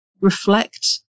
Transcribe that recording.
reflect